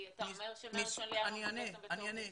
אני אענה.